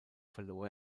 verlor